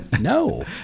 No